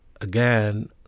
again